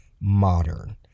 modern